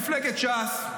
מפלגת ש"ס,